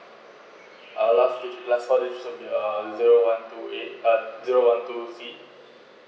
our last two last four digit to be uh zero one two eight uh zero one two six